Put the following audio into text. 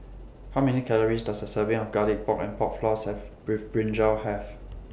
How Many Calories Does A Serving of Garlic Pork and Pork Floss Have with Brinjal Have